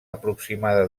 aproximada